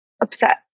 upset